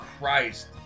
Christ